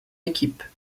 équipe